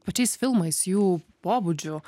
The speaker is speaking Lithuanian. pačiais filmais jų pobūdžiu